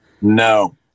no